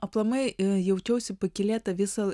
aplamai jaučiausi pakylėta visą